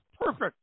perfect